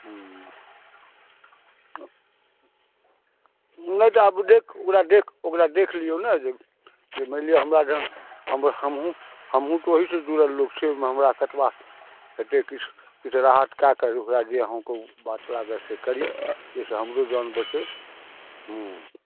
हुँ नहि तऽ आब देख ओकरा देख ओकरा देख लियौ ने जे जे मानि लिअ हमरा जहन हमहुँ हमहुँ तऽ ओहिसे जुड़ल लोक छी हमरा कतबामे हेतै किछु राहत कय कऽ ओकरा जे अहाँके बात लागै से करी जाहि सँ हमरो जान बचै हुँ